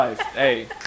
hey